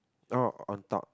oh on top